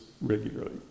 regularly